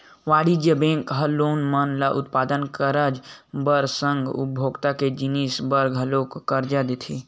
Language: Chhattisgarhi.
वाणिज्य बेंक ह लोगन मन ल उत्पादक करज बर के संग उपभोक्ता के जिनिस बर घलोक करजा देथे